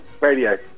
radio